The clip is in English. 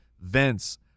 vents